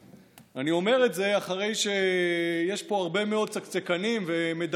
אני אומר את זה אחרי שיש פה הרבה מאוד צקצקנים ומדברים